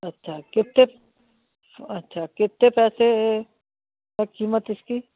अच्छा कितने अच्छा कितने पैसे है क़ीमत इसकी